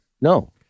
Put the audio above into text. No